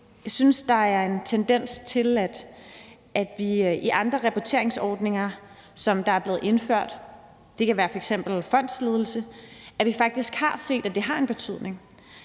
Jeg synes, der er en tendens til, at vi i andre rapporteringsordninger, der er blevet indført, det kan f.eks. være fondsledelse, har set, at det faktisk har en betydning.